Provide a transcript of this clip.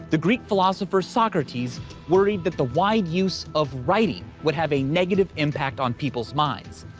the greek philosopher socrates worried that the wide use of writing would have a negative impact on people's minds.